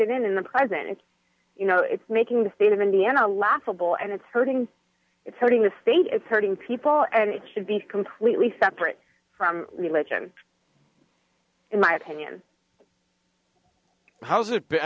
in the president and you know it's making the state of indiana laughable and it's hurting it's hurting the state it's hurting people and it should be completely separate from religion in my opinion how's it